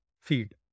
feed